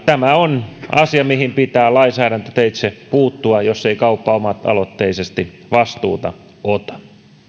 tämä on asia mihin pitää lainsäädäntöteitse puuttua jos ei kauppa oma aloitteisesti vastuuta ota